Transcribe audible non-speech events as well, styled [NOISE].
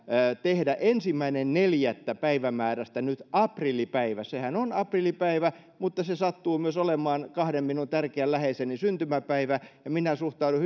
tehdä päivämäärästä ensimmäinen neljättä nyt aprillipäivä sehän on aprillipäivä mutta se sattuu myös olemaan kahden minun tärkeän läheiseni syntymäpäivä ja minä suhtaudun [UNINTELLIGIBLE]